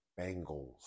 Bengals